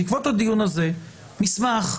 בעקבות הדיון הזה לשלוח מסמך,